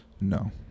no